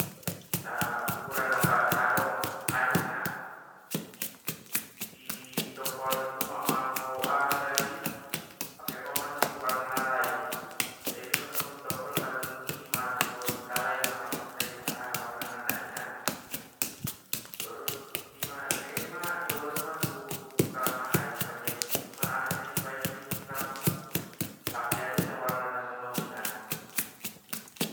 Sa ukuran na pasna adong akhirna, i dokon umak ma anggo aha gari pakehoma songoni warna na lain, te bia mantong idokkon mandung ima tentuaon kalai na marpestai ahana warnana na inan, torus kehema i oban umak tu tukang ahai panjaiti, ima akhirna ibaen ma isi langsung pakean i na warna na songoninan.